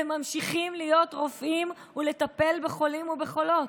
וממשיכים להיות רופאים ולטפל בחולים ובחולות.